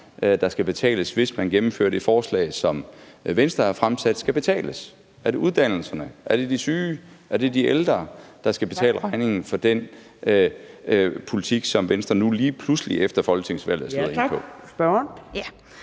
der skal betales, hvis man gennemfører det forslag, som Venstre har fremsat, skal betales. Er det uddannelserne, er det de syge, er det de ældre, der skal betale regningen for den politik, som Venstre nu lige pludselig efter folketingsvalget er slået ind på? Kl. 15:33 Fjerde